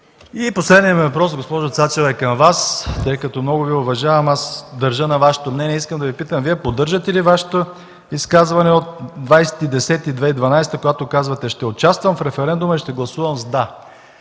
Последният ми въпрос, госпожо Цачева, е към Вас. Тъй като много Ви уважавам, държа на Вашето мнение. Искам да Ви питам: поддържате ли Вашето изказване от 20.10.2012 г., когато казвате: „Ще участвам в референдума и ще гласувам с „да”?